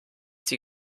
sie